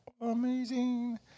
amazing